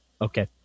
Okay